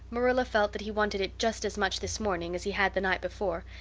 marilla felt that he wanted it just as much this morning as he had the night before,